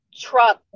truck